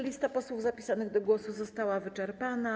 Lista posłów zapisanych do głosu została wyczerpana.